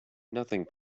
nothing